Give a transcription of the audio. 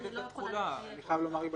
היבה,